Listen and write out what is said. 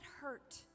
hurt